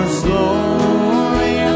slowly